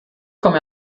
komme